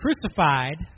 crucified